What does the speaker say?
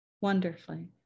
wonderfully